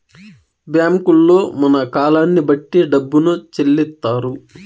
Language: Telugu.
బ్యాంకుల్లో మన కాలాన్ని బట్టి డబ్బును చెల్లిత్తారు